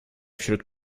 wśród